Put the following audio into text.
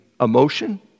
emotion